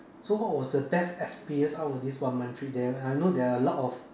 so what was the best experience out of this one month trip there I know there are a lot of